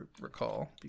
recall